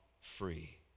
free